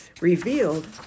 revealed